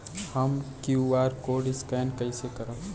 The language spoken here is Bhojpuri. हम क्यू.आर कोड स्कैन कइसे करब?